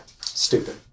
Stupid